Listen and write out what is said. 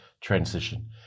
transition